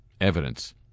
evidence